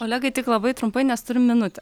olegai tik labai trumpai nes turim minutę